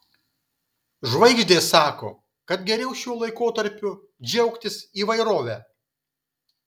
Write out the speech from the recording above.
žvaigždės sako kad geriau šiuo laikotarpiu džiaugtis įvairove